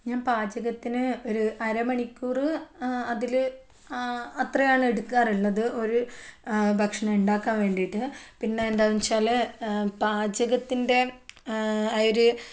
ഞാൻ പാചകത്തിന് ഒരു അരമണിക്കൂർ അതിൽ അത്രയാണ് എടുക്കാറുള്ളത് ഒരു ഭക്ഷണം ഉണ്ടാക്കാൻ വേണ്ടീട്ട് പിന്നെ എന്താന്ന് വെച്ചാൽ പാചകത്തിൻ്റെ ആ ഒരു